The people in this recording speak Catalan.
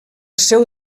seu